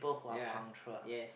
ya yes